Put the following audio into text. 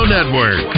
Network